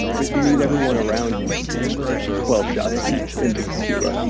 but you need everyone around you to be twelve shots deep in tequila.